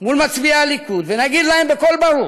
מול מצביעי הליכוד ונגיד להם בקול ברור